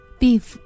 beef